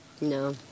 No